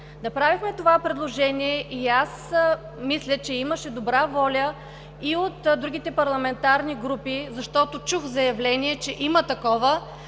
Направихме това предложение и аз мисля, че имаше добра воля и от другите парламентарни групи, защото чух заявление, че има такова,